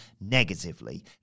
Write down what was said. negatively